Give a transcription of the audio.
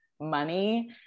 money